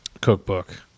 cookbook